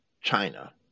China